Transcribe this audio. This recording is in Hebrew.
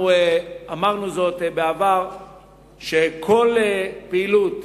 אנחנו אמרנו בעבר שכל פעילות,